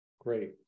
Great